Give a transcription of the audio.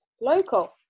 local